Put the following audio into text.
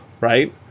right